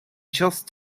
just